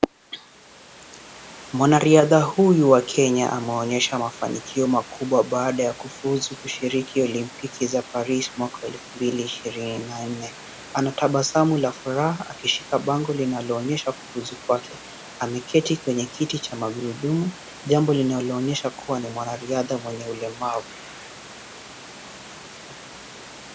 Mwanariadha huyu wa Kenya ameonyesha mafanikio makubwa baada ya kufuzu kushiriki olimpiki za Paris mwaka wa elfu mbili ishirini na nne, ana tabasamu la furaha akishika bango linaloonyesha kufuzu kwake, ameketi kwenye kiti cha magurudumu, jambo linaloonyesha kuwa ni mwanariadha mwenye ulemavu.